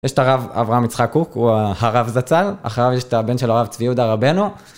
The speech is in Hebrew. יש את הרב אברהם יצחק קוק הוא הרב זצל, אחריו יש את הבן של הרב צבי יהודה רבנו